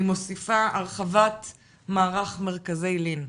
אני מוסיפה-הרחבת מערך מרכזי לין,